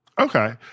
Okay